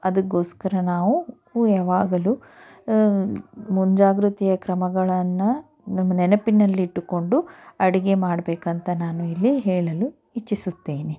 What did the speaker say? ಅದಕ್ಕೋಸ್ಕರ ನಾವು ಯಾವಾಗಲೂ ಮುಂಜಾಗ್ರತೆಯ ಕ್ರಮಗಳನ್ನು ನೆನಪಿನಲ್ಲಿ ಇಟ್ಟುಕೊಂಡು ಅಡಿಗೆ ಮಾಡಬೇಕಂತ ನಾನು ಇಲ್ಲಿ ಹೇಳಲು ಇಚ್ಛಿಸುತ್ತೇನೆ